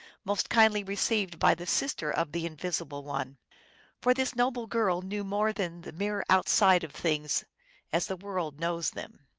most kindly received by the sister of the invis ible one for this noble girl knew more than the mere outside of things as the world knows them.